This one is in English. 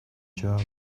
job